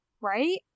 Right